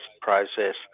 process